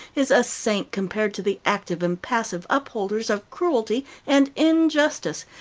is a saint compared to the active and passive upholders of cruelty and injustice,